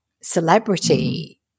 celebrity